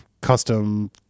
custom